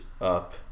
up